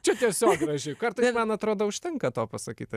čia tiesiog graži kartais man atrodo užtenka to pasakyti